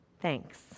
Thanks